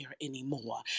anymore